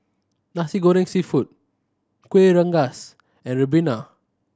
Nasi Goreng Seafood Kueh Rengas and ribena